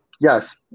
yes